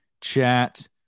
chat